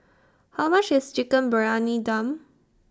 How much IS Chicken Briyani Dum